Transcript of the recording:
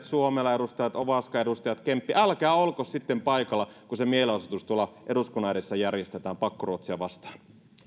suomela edustaja ovaska edustaja kemppi älkää olko sitten paikalla kun se mielenosoitus tuolla eduskunnan edessä järjestetään pakkoruotsia vastaan